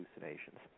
hallucinations